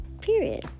period